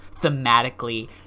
thematically